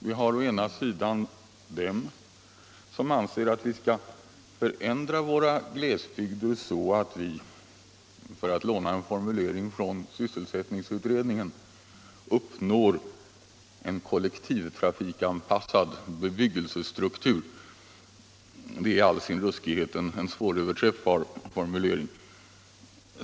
Vi har å ena sidan dem som anser att vi skall förändra våra glesbygder så att vi, för att låna en formulering från sysselsättningsutredningen, uppnår ”en kollektivtrafikanpassad bebyggelsestruktur”. Det är i all sin ruskighet en svåröverträffbar formulering.